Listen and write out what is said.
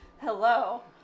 Hello